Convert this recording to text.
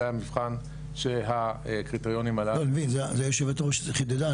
זה המבחן שהקריטריונים הללו --- יושבת הראש חידדה,